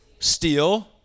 Steal